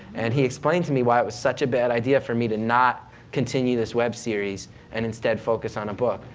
and he explained to me why was such a bad idea for me to not continue this web series and instead focus on a book.